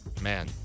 Man